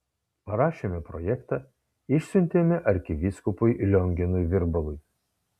parašėme projektą išsiuntėme arkivyskupui lionginui virbalui